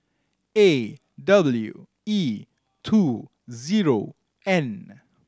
A W E two zero N